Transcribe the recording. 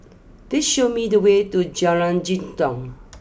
please show me the way to Jalan Jitong